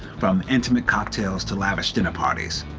from intimate cocktails to lavish dinner parties.